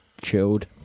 Chilled